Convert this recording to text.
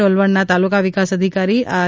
ડોલવણના તાલુકા વિકાસ અધિકારી આર